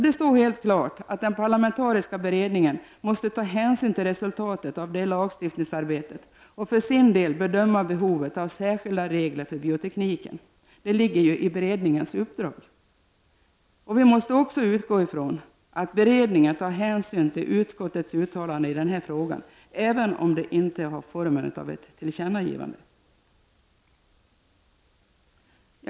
Det står helt klart att den parlamentariska beredningen måste ta hänsyn till resultatet av detta lagstiftningsarbete och för sin del bedöma behovet av särskilda regler för biotekniken. Det ligger ju i beredningens uppdrag. Vi måste också utgå ifrån att beredningen tar hänsyn till utskottets uttalande i den här frågan, även om det inte har formen av ett tillkännagivande.